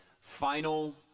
final